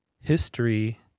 history